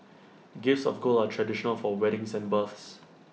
gifts of gold are traditional for weddings and births